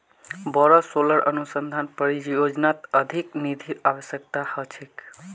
बोरो सोलर अनुसंधान परियोजनात अधिक निधिर अवश्यकता ह छेक